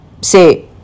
say